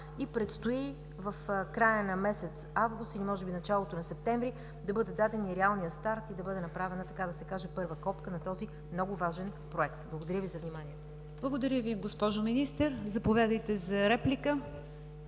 и предстои в края на месец август или може би началото на септември да бъде даден и реалният старт и да бъде направена, така да се каже, първа копка на този много важен проект. Благодаря Ви за вниманието. ПРЕДСЕДАТЕЛ НИГЯР ДЖАФЕР: Благодаря Ви, госпожо Министър. Заповядайте за реплика.